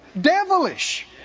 Devilish